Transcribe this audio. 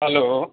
hello